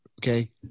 okay